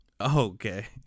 Okay